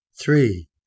Three